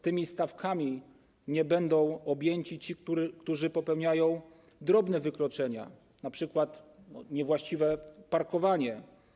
Tymi stawkami nie będą objęci ci, którzy popełniają drobne wykroczenia, np. niewłaściwe parkowanie.